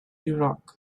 iraq